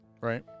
Right